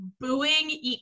booing